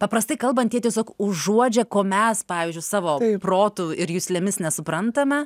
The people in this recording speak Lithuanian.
paprastai kalbant jie tiesiog užuodžia ko mes pavyzdžiui savo protu ir juslėmis nesuprantame